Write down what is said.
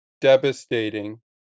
devastating